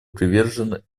привержен